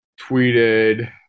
tweeted